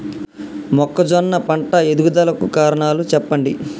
మొక్కజొన్న పంట ఎదుగుదల కు కారణాలు చెప్పండి?